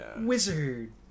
Wizard